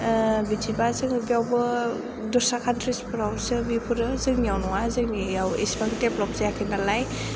बिदिबा जोङो बेयावबो दस्रा काउन्ट्रिसफ्रावसो बेफोरो जोंनियाव नङा जोंनियाव इसिबां डेबलप जायाखै नालाय